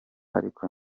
ariko